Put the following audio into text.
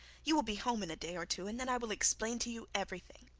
you will be home in a day or two, and then i will explain to you everything